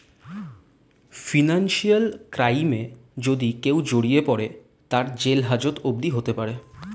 financial ক্রাইমে যদি কেও জড়িয়ে পরে, তার জেল হাজত অবদি হতে পারে